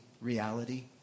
reality